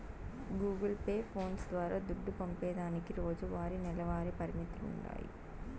Google Pay, phones ద్వారా దుడ్డు పంపేదానికి రోజువారీ, నెలవారీ పరిమితులుండాయి